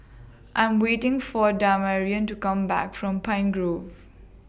I'm waiting For Damarion to Come Back from Pine Grove